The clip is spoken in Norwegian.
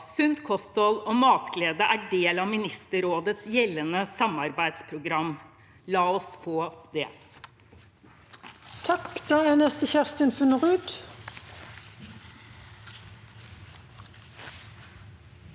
sunt kosthold og matglede er del av Ministerrådets gjeldende samarbeidsprogram. La oss få det.